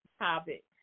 topic